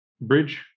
Bridge